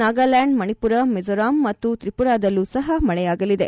ನಾಗಾಲ್ಕಾಂಡ್ ಮಣಿಪುರ ಮಿಜೋರಾಮ್ ಮತ್ತು ತ್ರಿಪುರದಲ್ಲೂ ಸಹ ಮಳೆಯಾಗಲಿದೆ